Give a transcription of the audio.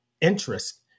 interest